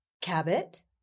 Cabot